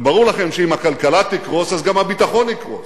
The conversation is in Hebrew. וברור לכם שאם הכלכלה תקרוס, גם הביטחון יקרוס.